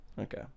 Okay